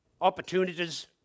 opportunities